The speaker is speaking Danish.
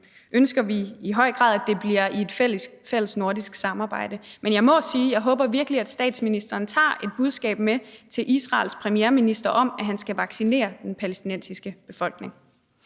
ønsker vi i høj grad, at det bliver i et fælles nordisk samarbejde. Men jeg må sige, at jeg virkelig håber, at statsministeren tager et budskab med til Israels premierminister om, at han skal vaccinere den palæstinensiske befolkning.